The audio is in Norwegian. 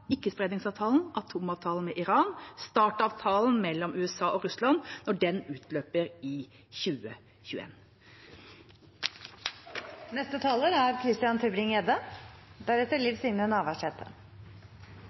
ikkespredningsavtalen, atomavtalen med Iran og START-avtalen mellom USA og Russland, når den utløper i 2021. Enkelte ganger er